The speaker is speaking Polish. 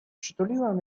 przytuliłem